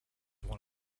one